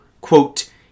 quote